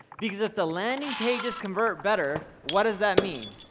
because if the landing pages convert better what does that mean,